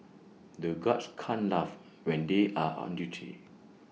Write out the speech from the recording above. the guards can't laugh when they are on duty